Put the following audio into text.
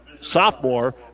sophomore